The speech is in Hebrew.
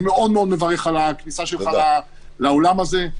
אני מאוד מאוד מברך על הכניסה שלך לאולם הזה.